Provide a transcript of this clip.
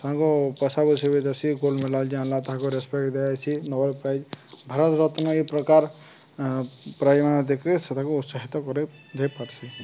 ତାଙ୍କୁ ପଇସାପୁଇସି ବି ଦେସି ଗୋଲ୍ଡ ମେଡ଼ାଲ୍ ଯିଏ ଆନ୍ଲା ତା'କୁ ରେସ୍ପେକ୍ଟ ଦିଆଯାଇଛି ନୋବେଲ୍ ପ୍ରାଇଜ୍ ଭାରତ୍ ରତ୍ନ ଏହି ପ୍ରକାର ପ୍ରାଇଜ୍ ମାନେ ଦେଇକରି ସେ ତା'ଙ୍କୁ ଉତ୍ସାହିତ୍ କରି ଦେଇପାର୍ସି